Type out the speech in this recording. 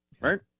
right